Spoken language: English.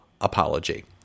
apology